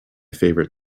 favorite